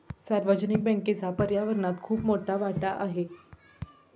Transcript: सार्वजनिक बँकेचा पर्यावरणात खूप मोठा वाटा आहे